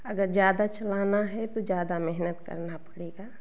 अगर ज़्यादा चलाना है तो ज़्यादा मेहनत करना पड़ेगा